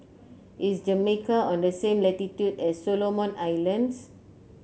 is Jamaica on the same latitude as Solomon Islands